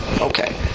Okay